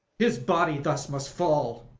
his body thus must fall.